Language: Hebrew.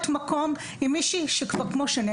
עם מישהי שהיא